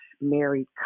married